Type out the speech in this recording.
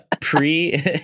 pre